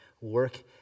work